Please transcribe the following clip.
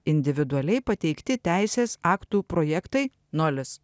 individualiai pateikti teisės aktų projektai nulis